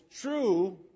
true